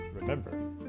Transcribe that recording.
remember